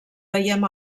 veiem